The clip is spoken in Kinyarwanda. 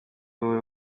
wowe